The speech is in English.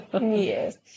Yes